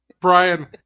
Brian